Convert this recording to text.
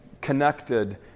connected